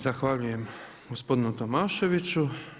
Zahvaljujem gospodinu Tomaševiću.